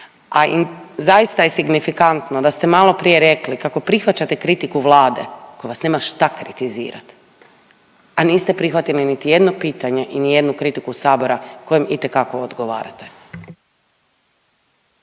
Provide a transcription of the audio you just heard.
a zaista je signifikantno da ste maloprije rekli kako prihvaćate kritiku Vlade koja vas nema šta kritizirati, a niste prihvatili niti jedno pitanje i nijednu kritiku Sabora kojem itekako odgovarate.